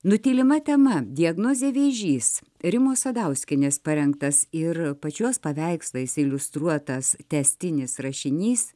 nutylima tema diagnozė vėžys rimos sadauskienės parengtas ir pačios paveikslais iliustruotas tęstinis rašinys